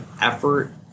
effort